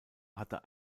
hatte